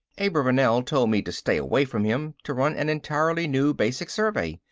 abravanel told me to stay away from him, to run an entirely new basic survey.